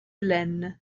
laine